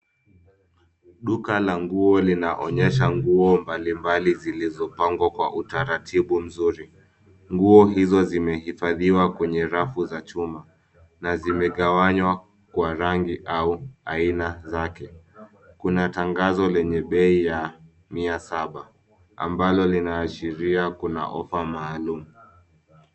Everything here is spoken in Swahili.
Duka la nguo linaonyesha nguo mbalimbali zilizopangwa kwa utaratibu mzuri. Nguo hizo zimehifadhiwa kwenye rafu za chuma na zimegawanywa kwa rangi au aina zake. Kuna tangazo lenye bei ya 700 ambalo linaashiria kuna ofa maalum.